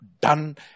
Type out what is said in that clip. done